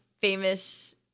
famous